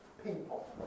people